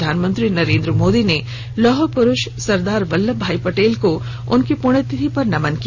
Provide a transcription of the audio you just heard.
प्रधानमंत्री नरेन्द्र मोदी ने लौह प्रुष सरदार वल्लभभाई पटेल को उनकी प्रण्यतिथि पर नमन किया